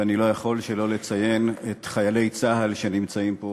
ואני לא יכול שלא לציין את חיילי צה"ל שנמצאים פה